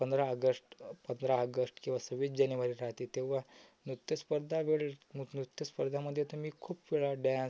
पंधरा आगश्ट पंधरा अगश्ट किंवा सव्वीस जनेवारी राहते तेव्हा नृत्यस्पर्धावेळी नृ नृत्यस्पर्धामध्ये तर मी खूप वेळा डॅन्स